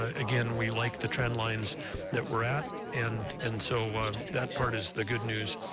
ah again, we like the trend lines that we're at, and and so that part is the good news.